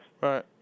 Right